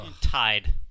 Tied